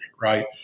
right